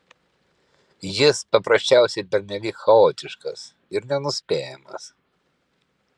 jis paprasčiausiai pernelyg chaotiškas ir nenuspėjamas